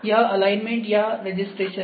यह एलाइनमेंट या रजिस्ट्रेशन है